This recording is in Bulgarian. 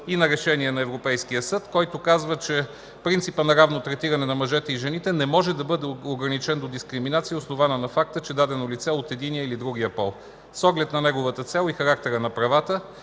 и на решение на Европейския съд, който казва, че принципът на равно третиране на мъжете и жените не може да бъде ограничен до дискриминация, основана на факта, че дадено лице е от единия или другия пол. С оглед на неговата цел и характера на правата